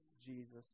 Jesus